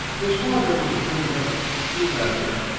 his father was a birmingham schoolmaster,